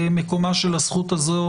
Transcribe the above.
מקומה של הזכות הזאת